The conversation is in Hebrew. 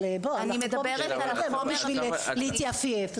אבל אנחנו לא פה בשביל להתייפייף.